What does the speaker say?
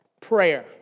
prayer